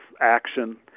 action